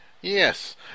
Yes